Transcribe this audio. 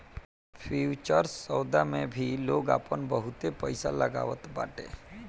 futures सौदा मे भी लोग आपन बहुते पईसा लगावत बाटे